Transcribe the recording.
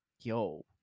yo